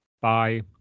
Bye